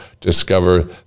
discover